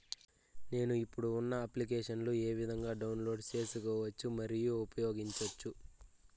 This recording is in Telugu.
నేను, ఇప్పుడు ఉన్న అప్లికేషన్లు ఏ విధంగా డౌన్లోడ్ సేసుకోవచ్చు మరియు ఉపయోగించొచ్చు?